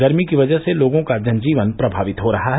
गर्मी की वजह से लोगों का जन जीवन प्रभावित हो रहा है